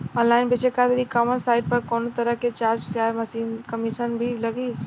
Online बेचे खातिर e commerce site पर कौनोतरह के चार्ज चाहे कमीशन भी लागी?